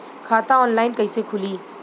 खाता ऑनलाइन कइसे खुली?